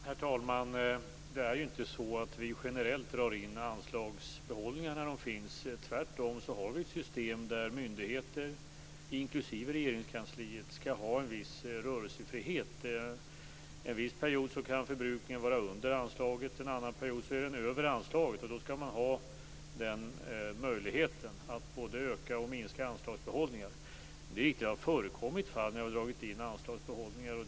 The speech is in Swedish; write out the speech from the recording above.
Herr talman! Det är inte så att vi generellt drar in anslagsbehållningar när sådana uppstår. Tvärtom har vi ett system där myndigheter inklusive Regeringskansliet skall ha en viss rörelsefrihet. Under en viss period kan förbrukningen vara under anslaget, under en annan period över anslaget, och då skall man ha möjlighet både att öka och att minska anslagsbehållningen. Det är riktigt att det har förekommit fall när vi har dragit in anslagsbehållningar.